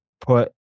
put